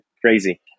Crazy